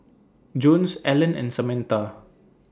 Jones Alan and Samatha